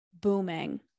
booming